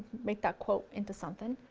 make that quote into something.